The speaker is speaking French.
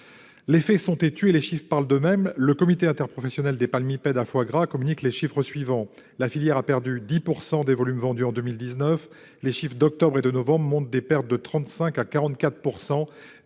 Les faits sont têtus, et les chiffres parlent d'eux-mêmes. Le comité interprofessionnel des palmipèdes à foie gras communique les chiffres suivants : la filière a perdu 10 % des volumes vendus en 2019 ; les chiffres d'octobre et de novembre montrent des pertes de 35 % à 44